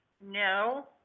No